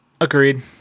Agreed